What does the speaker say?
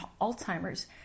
Alzheimer's